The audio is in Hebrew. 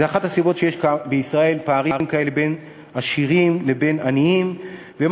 זו אחת הסיבות לפערים האלה בין עשירים לבין עניים שיש בישראל.